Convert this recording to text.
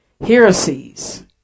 heresies